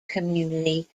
community